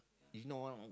if not one